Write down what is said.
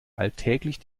alltäglich